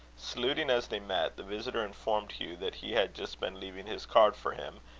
saluting as they met, the visitor informed hugh that he had just been leaving his card for him,